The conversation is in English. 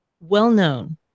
well-known